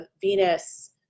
Venus